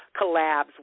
collabs